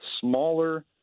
smaller